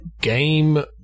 game